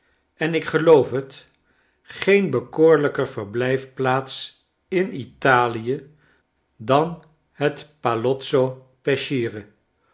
en ikgeloof het geen bekoorlijker verblijfplaats in itlie dan het pallozzo